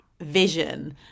vision